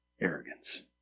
arrogance